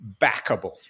backable